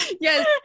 yes